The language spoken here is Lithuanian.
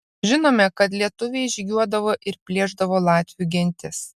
žinome kad lietuviai žygiuodavo ir plėšdavo latvių gentis